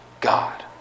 God